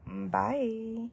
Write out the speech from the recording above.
Bye